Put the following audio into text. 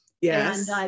Yes